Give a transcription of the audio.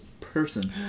person